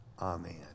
Amen